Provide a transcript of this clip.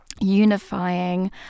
unifying